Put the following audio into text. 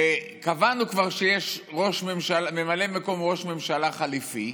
קבענו כבר שיש ממלא מקום, ראש ממשלה חליפי,